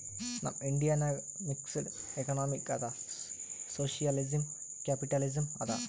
ನಮ್ ಇಂಡಿಯಾ ನಾಗ್ mixed economy ಅದಾ ಸೋಶಿಯಲಿಸಂ, ಕ್ಯಾಪಿಟಲಿಸಂ ಅದಾ